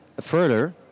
further